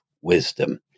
wisdom